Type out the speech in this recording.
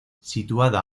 situada